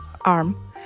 arm